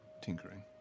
tinkering